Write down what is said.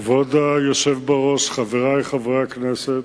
כבוד היושב-ראש, חברי חברי הכנסת,